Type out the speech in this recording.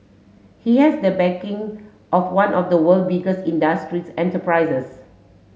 he has the backing of one of the world biggest industrial enterprises